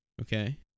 Okay